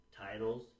titles